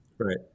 Right